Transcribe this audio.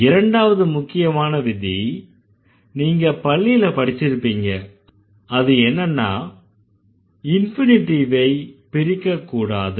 இரண்டாவது முக்கியமான விதி நீங்க பள்ளியில படிச்சிருப்பீங்க அது என்னன்னா இன்ஃபினிட்டிவ்வை பிரிக்கக்கூடாது